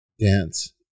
dance